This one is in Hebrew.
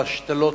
ההשתלות